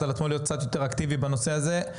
על עצמו להיות קצת יותר אקטיבי בנושא הזה.